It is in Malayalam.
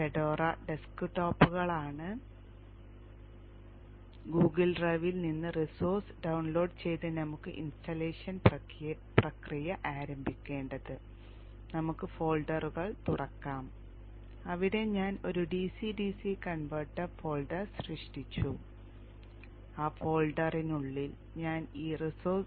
ഫെഡോറ ഡെസ്ക്ടോപ്പാണ് ഗൂഗിൾ ഡ്രൈവിൽ നിന്ന് റിസോഴ്സ് ഡൌൺലോഡ് ചെയ്ത് നമുക്ക് ഇൻസ്റ്റാളേഷൻ പ്രക്രിയ ആരംഭിക്കേണ്ടത് നമുക്ക് ഫോൾഡറുകൾ തുറക്കാം ഇവിടെ ഞാൻ ഒരു ഡിസി ഡിസി കൺവെർട്ടർ ഫോൾഡർ സൃഷ്ടിച്ചു ആ ഫോൾഡറിനുള്ളിൽ ഞാൻ ഈ resource01